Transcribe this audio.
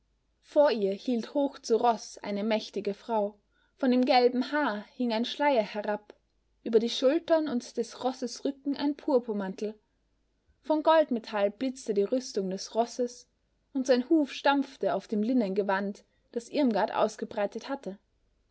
vor ihr hielt hoch zu roß eine mächtige frau von dem gelben haar hing ein schleier herab über die schultern und des rosses rücken ein purpurmantel von goldmetall blitzte die rüstung des rosses und sein huf stampfte auf dem linnengewand das irmgard ausgebreitet hatte